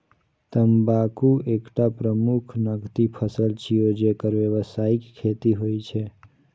तंबाकू एकटा प्रमुख नकदी फसल छियै, जेकर व्यावसायिक खेती होइ छै